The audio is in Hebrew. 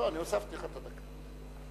אני הוספתי לך דקה.